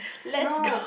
no